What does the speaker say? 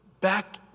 Back